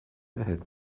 erhält